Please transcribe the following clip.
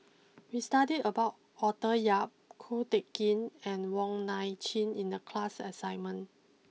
we studied about Arthur Yap Ko Teck Kin and Wong Nai Chin in the class assignment